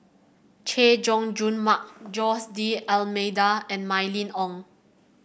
Chay Jung Jun Mark Jose D'Almeida and Mylene Ong